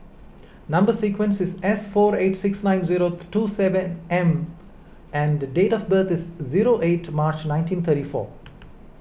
Number Sequence is S four eight six nine zero two seven M and date of birth is zero eight March nineteen thirty four